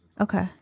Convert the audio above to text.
Okay